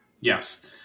Yes